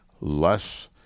less